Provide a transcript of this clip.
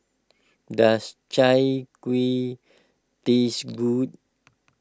does Chai Kueh taste good